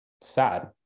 sad